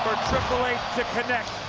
triple h to connect,